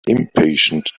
impatient